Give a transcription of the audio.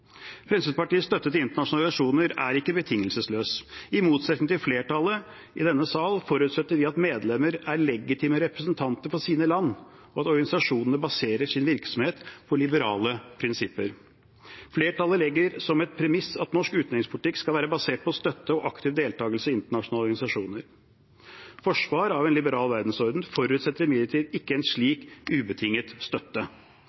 Fremskrittspartiets støtte til internasjonale organisasjoner er ikke betingelsesløs. I motsetning til flertallet i denne sal forutsetter vi at medlemmene er legitime representanter for sine land, og at organisasjonene baserer sin virksomhet på liberale prinsipper. Flertallet legger som et premiss at norsk utenrikspolitikk skal være basert på støtte og aktiv deltakelse i internasjonale organisasjoner. Forsvar av en liberal verdensorden forutsetter imidlertid ikke en slik ubetinget støtte.